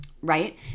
right